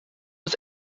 was